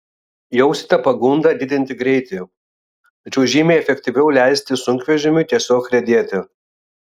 jausite pagundą didinti greitį tačiau žymiai efektyviau leisti sunkvežimiui tiesiog riedėti